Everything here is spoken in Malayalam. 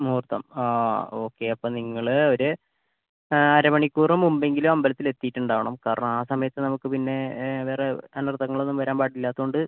മുഹൂർത്തം ആ ഓക്കെ അപ്പം നിങ്ങൾ ഒരു അര മണിക്കൂർ മുമ്പെങ്കിലും അമ്പലത്തിൽ എത്തീട്ടുണ്ടാവണം കാരണം ആ സമയത്ത് നമുക്ക് പിന്നെ വേറെ അനർത്ഥങ്ങളൊന്നും വരാൻ പാടില്ലാത്തോണ്ട്